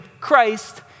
Christ